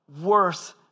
worth